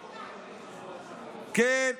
כן,